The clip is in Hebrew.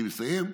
אני מסיים,